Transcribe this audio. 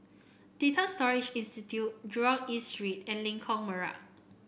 Data Storage Institute Jurong East Street and Lengkok Merak